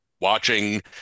watching